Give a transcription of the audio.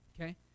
Okay